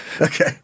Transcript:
Okay